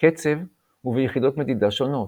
קצב וביחידות מדידה שונות.